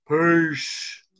Peace